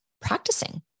practicing